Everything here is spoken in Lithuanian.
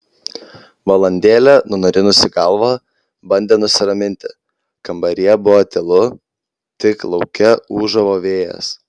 valandėlę nunarinusi galvą bandė nusiraminti kambaryje buvo tylu tik lauke ūžavo vėjas